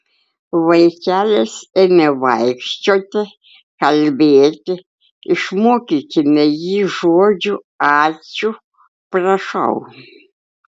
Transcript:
vaikelis ėmė vaikščioti kalbėti išmokykime jį žodžių ačiū prašau